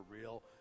real